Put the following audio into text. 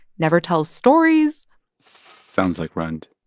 never tells stories sounds like rund